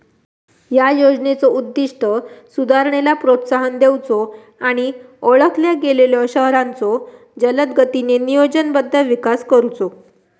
या योजनेचो उद्दिष्ट सुधारणेला प्रोत्साहन देऊचो आणि ओळखल्या गेलेल्यो शहरांचो जलदगतीने नियोजनबद्ध विकास करुचो